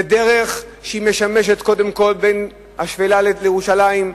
זאת דרך שמשמשת קודם כול בין השפלה לירושלים,